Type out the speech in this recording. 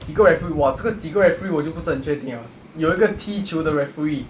几个 referee !wah! 这个几个 referee 我就不是很确定 liao 有一个踢球的 referee